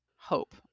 hope